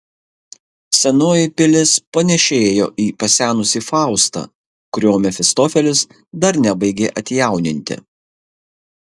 senoji pilis panėšėjo į pasenusį faustą kurio mefistofelis dar nebaigė atjauninti